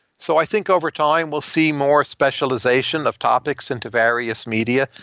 so, i think over time, we'll see more specialization of topics into various media,